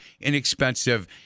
inexpensive